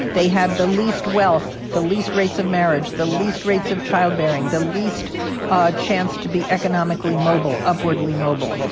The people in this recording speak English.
they have the least wealth, the least rates of marriage, the least rates of childbearing, the least ah chance to be economically mobile upwardly mobile.